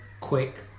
quick